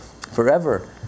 forever